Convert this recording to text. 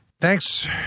thanks